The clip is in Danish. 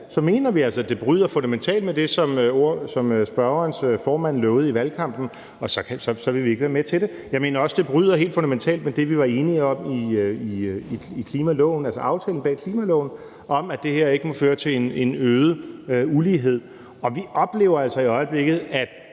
mener vi altså, at det bryder fundamentalt med det, som spørgerens formand lovede i valgkampen, og så vil vi ikke være med til det. Jeg mener også, det bryder helt fundamentalt med det, vi var enige om i aftalen bag klimaloven om, at det her ikke må føre til en øget ulighed, og vi oplever altså i øjeblikket, at